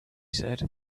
said